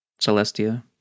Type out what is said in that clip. Celestia